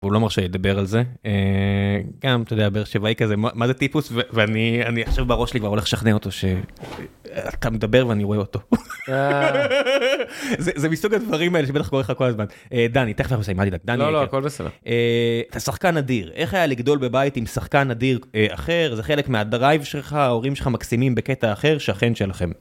והוא לא מרשה לי לדבר על זה, גם, אתה יודע, באר שבעי כזה, מה זה טיפוס, ואני עכשיו בראש לי כבר הולך לשכנע אותו ש... אתה מדבר ואני רואה אותו. זה מסוג הדברים האלה שבטח קורה לך כל הזמן. דני, תיכף אנחנו מסיימים, אל תדאג. לא, לא, הכל בסדר. אתה שחקן אדיר, איך היה לגדול בבית עם שחקן אדיר אחר, זה חלק מהדרייב שלך, ההורים שלך מקסימים בקטע אחר, שכן שלכם